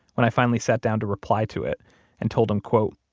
when i finally sat down to reply to it and told him, quote,